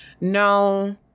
No